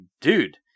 Dude